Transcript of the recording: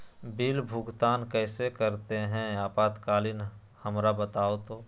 Bill भुगतान कैसे करते हैं आपातकालीन हमरा बताओ तो?